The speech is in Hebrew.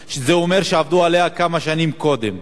1979, שזה אומר שעבדו עליה כמה שנים קודם,